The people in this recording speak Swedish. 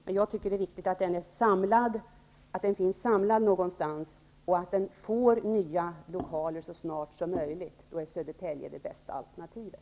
Det är viktigt att skolan finns samlad någonstans och att den får nya lokaler så snart som möjligt. Då är Södertälje det bästa alternativet.